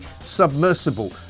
submersible